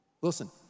Listen